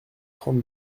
trente